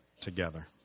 together